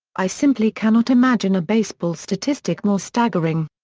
i simply cannot imagine a baseball statistic more staggering.